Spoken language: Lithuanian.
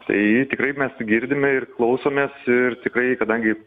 tai tikrai mes girdime ir klausomės ir tikrai kadangi